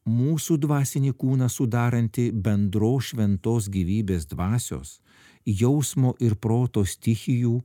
mūsų dvasinį kūną sudaranti bendros šventos gyvybės dvasios jausmo ir proto stichijų